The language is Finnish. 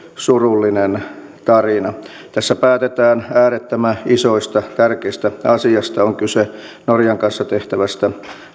surullinen tarina tässä päätetään äärettömän isoista ja tärkeistä asioista on kyse norjan kanssa tehtävästä